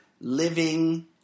living